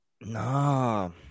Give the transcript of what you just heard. No